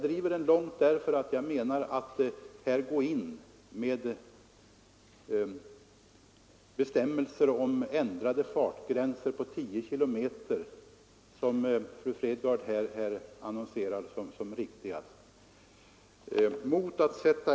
Fru Fredgardh betecknar det som riktigt att ändra fartgränserna med 10 km/tim.